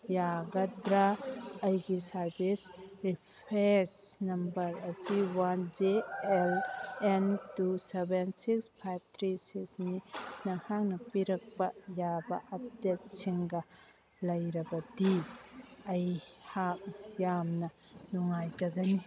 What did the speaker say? ꯌꯥꯒꯗ꯭ꯔꯥ ꯑꯩꯒꯤ service reference number ꯑꯁꯤ one J O M two seven six five three ꯁꯤꯛꯁꯅꯤ ꯅꯍꯥꯛꯅ ꯄꯤꯔꯛꯄ ꯌꯥꯕ ꯑꯞꯗꯦꯠꯁꯤꯡꯒ ꯂꯩꯔꯕꯗꯤ ꯑꯩꯍꯥꯛ ꯌꯥꯝꯅ ꯅꯨꯡꯉꯥꯏꯖꯒꯅꯤ